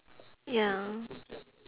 ya